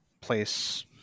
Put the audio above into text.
place